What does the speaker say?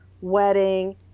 wedding